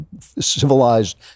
civilized